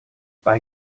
bei